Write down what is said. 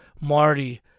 Marty